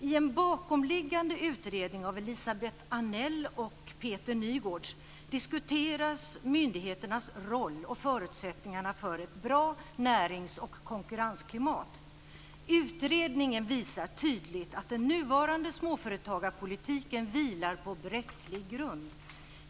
I en bakomliggande utredning av Elisabet Annell och Peter Nygårds diskuteras myndigheternas roll och förutsättningarna för ett bra närings och konkurrensklimat. Utredningen visar tydligt att den nuvarande småföretagarpolitiken vilar på bräcklig grund.